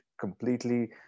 completely